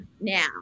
now